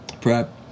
prep